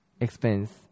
expense